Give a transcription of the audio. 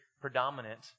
predominant